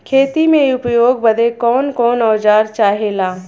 खेती में उपयोग बदे कौन कौन औजार चाहेला?